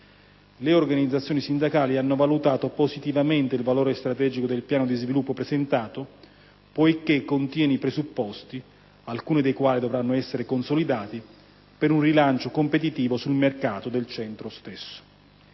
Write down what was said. Le organizzazioni sindacali hanno valutato positivamente il valore strategico del piano di sviluppo presentato, poiché contiene i presupposti, alcuni dei quali dovranno essere consolidati, per un rilancio competitivo sul mercato del centro stesso.